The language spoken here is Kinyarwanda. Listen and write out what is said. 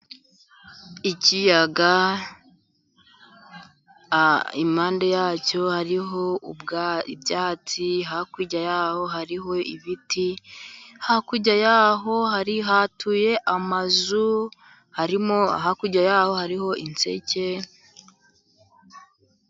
Ikiyaga impande yacyo hariho ibyatsi, hakurya yaho hariho ibiti, hakurya yaho hari hatuye amazu arimo, hakurya yaho hariho inseke.